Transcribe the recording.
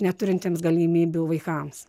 neturintiems galimybių vaikams